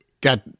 got